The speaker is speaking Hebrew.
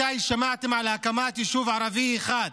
מתי שמעתם על הקמת יישוב ערבי אחד?